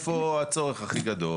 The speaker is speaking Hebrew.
נראה איפה הצורך הכי גדול,